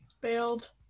bailed